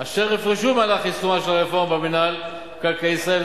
אשר יפרשו במהלך יישומה של הרפורמה במינהל מקרקעי ישראל,